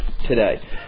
today